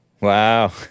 Wow